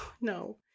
no